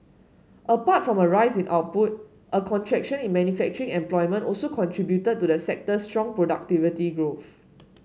apart from a rise in output a contraction in manufacturing employment also contributed to the sector's strong productivity growth